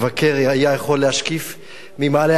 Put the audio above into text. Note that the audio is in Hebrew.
היה יכול להשקיף ממעלה ההר